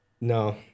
no